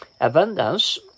Abundance